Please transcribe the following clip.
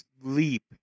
leap